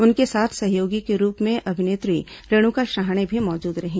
उनके साथ सहयोगी के रूप में अभिनेत्री रेणुका शहाणे भी मौजूद रहीं